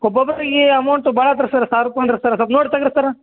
ಒಬ್ಬ ಒಬ್ಬರಿಗೆ ಈ ಅಮೌಂಟು ಭಾಳ ಆತು ರೀ ಸರ್ರ್ ಸಾವಿರ ರೂಪಾಯಿ ಅಂದ್ರೆ ಸರ್ರ್ ಸೊಲ್ಪ ನೋಡಿ ತೆಗಿರಿ ಸರ್ರ್